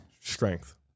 Strength